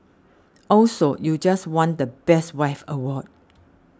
also you just won the best wife award